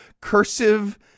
cursive